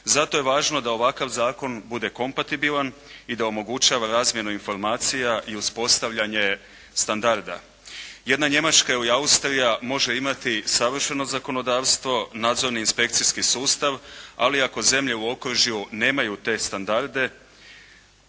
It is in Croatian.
Zato je važno da ovakav zakon bude kompatibilan i da omogućava razmjenu informacija i uspostavljanje standarda. Jedna Njemačka ili Austrija može imati savršeno zakonodavstvo, nadzorni inspekcijski sustav ali ako zemlje u okružju nemaju te standarde,